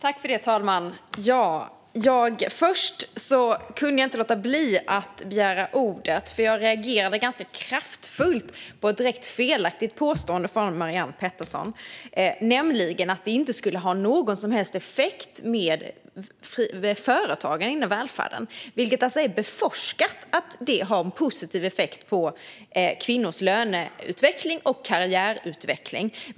Herr talman! Jag kunde inte låta bli att begära ordet. Jag reagerade nämligen ganska kraftigt på det direkt felaktiga påståendet från Marianne Pettersson att företagandet inom välfärden inte skulle ha någon som helst effekt. Forskning visar att det har en positiv effekt på kvinnors löneutveckling och karriärutveckling.